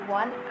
one